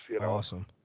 Awesome